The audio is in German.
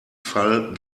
fall